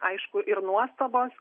aišku ir nuostabos